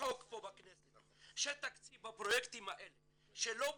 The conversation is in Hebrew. בחוק פה בכנסת שתקציב בפרויקטים האלה שלא בוצע,